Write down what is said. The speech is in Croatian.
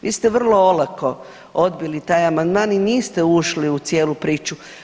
Vi ste vrlo olako odbili taj amandman i niste ušli u cijelu priču.